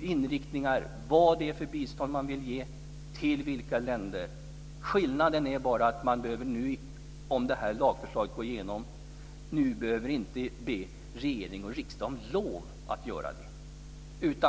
inriktningar vad det är för bistånd man vill ge och till vilka länder. Skillnaden blir nu bara att kommunerna, om lagförslaget går igenom, inte behöver be regering och riksdag om lov att göra det.